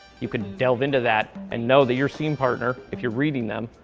you could delve into that and know that your scene partner, if you're reading them,